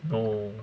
no